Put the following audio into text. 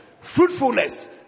fruitfulness